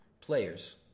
players